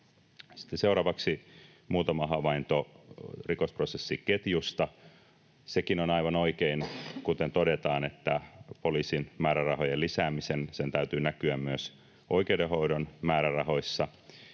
seuraavaksi muutama havainto rikosprosessiketjusta. Sekin on aivan oikein, kuten todetaan, että poliisin määrärahojen lisäämisen täytyy näkyä myös oikeudenhoidon määrärahoissa.